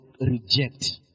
reject